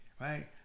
Right